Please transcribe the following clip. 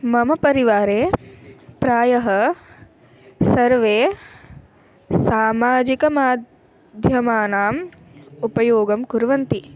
मम परिवारे प्रायः सर्वे सामाजिकमाध्यमानाम् उपयोगं कुर्वन्ति